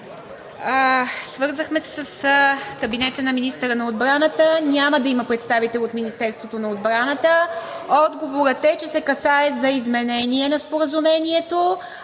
Свързахме се с кабинета на министъра на отбраната. Няма да има представител от Министерството на отбраната. Отговорът е, че се касае за изменение на Споразумението,